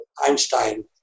Einstein